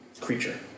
creature